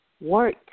work